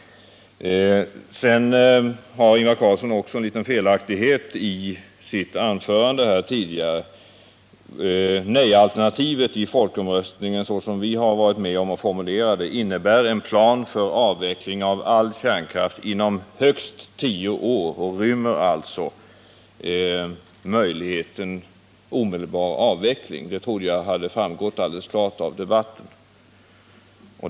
Ingvar Carlsson hade en liten felaktighet i sitt anförande tidigare. Nej-alternativet i folkomröstningen så som vi har varit med om att formulera det innebär en plan för avveckling av all kärnkraft inom högst tio år, och det rymmer alltså möjlighet till omedelbar avveckling. Det trodde jag hade framgått helt klart av debatten.